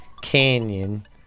Canyon